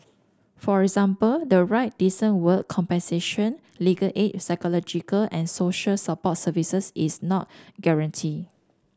for example the right decent work compensation legal aid psychological and social support services is not guaranteed